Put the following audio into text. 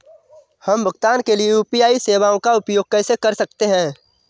हम भुगतान के लिए यू.पी.आई सेवाओं का उपयोग कैसे कर सकते हैं?